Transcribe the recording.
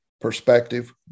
perspective